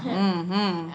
hmm hmm